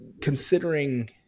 considering